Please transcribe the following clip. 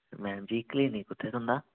madam ji clinic कुत्थै तुं'दा